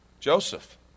Joseph